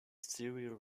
cereal